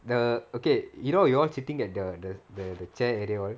the okay you know you all sitting at the the the the chair area all